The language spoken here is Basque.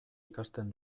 ikasten